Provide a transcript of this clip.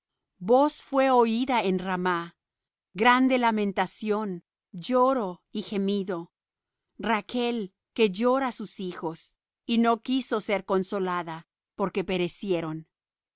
voz fué oída en ramá grande lamentación lloro y gemido rachl que llora sus hijos y no quiso ser consolada porque perecieron